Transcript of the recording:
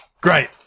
Great